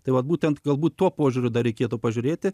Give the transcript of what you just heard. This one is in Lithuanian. tai vat būtent galbūt tuo požiūriu dar reikėtų pažiūrėti